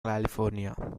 california